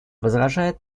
возражает